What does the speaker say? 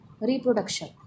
reproduction